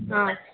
ఆ